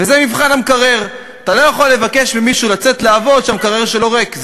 זה מבחן המקרר: אתה לא יכול לבקש ממישהו לצאת לעבוד כשהמקרר שלו ריק.